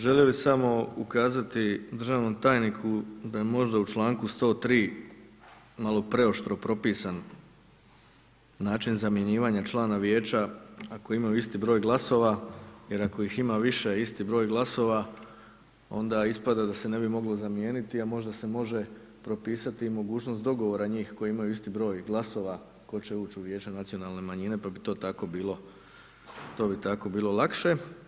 Želio bi samo ukazati državnom tajniku da je možda u članku 103., malo preoštro propisan način zamjenjivanja člana Vijeća ako imaju isti broj glasova, jer ako ih ima više isti broj glasova, onda ispada da se ne bi moglo zamijeniti, a možda se može propisati i mogućnost dogovora njih koji imaju isti broj glasova tko će ući u Vijeće nacionalne manjine, pa bi to tako bilo, to bi tako bilo lakše.